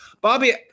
Bobby